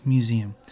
Museum